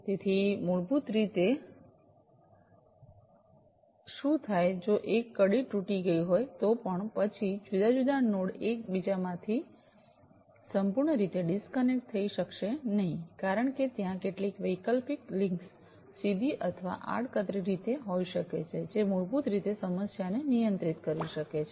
તેથી મૂળભૂત રીતે શું થાય જો એક કડી તૂટી ગઈ હોય તો પણ પછી જુદા જુદા નોડ એક બીજાથી સંપૂર્ણ રીતે ડિસ્કનેક્ટ થઈ શકશે નહીં કારણ કે ત્યાં કેટલીક વૈકલ્પિક લિંક્સ સીધી અથવા આડકતરી રીતે હોઈ શકે છે જે મૂળભૂત રીતે સમસ્યાને નિયંત્રિત કરશે